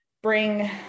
bring